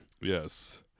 Yes